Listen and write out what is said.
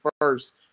first